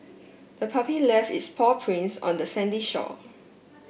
the puppy left its paw prints on the sandy shore